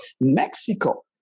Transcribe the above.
Mexico